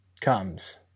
comes